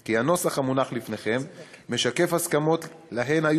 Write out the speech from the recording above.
כי הנוסח המונח בפניכם משקף הסכמות שהיו